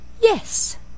Yes